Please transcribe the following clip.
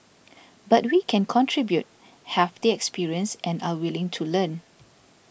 but we can contribute have the experience and are willing to learn